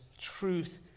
Truth